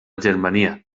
germania